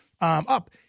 up